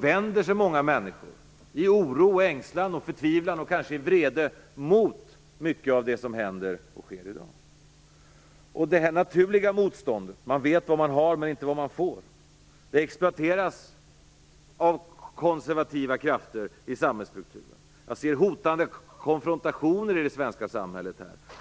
vänder sig många människor i oro, ängslan, förtvivlan och kanske i vrede mot mycket av det som händer och sker i dag. Det naturliga motståndet - man vet vad man har, men inte vad man får - exploateras av konservativa krafter i samhällsstrukturen. Jag ser hotande konfrontationer i det svenska samhället här.